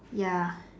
ya